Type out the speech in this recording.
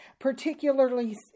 particularly